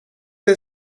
der